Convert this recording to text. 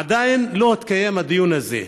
עדיין לא התקיים הדיון הזה,